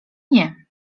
nie